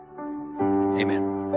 Amen